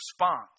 response